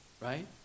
right